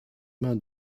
mains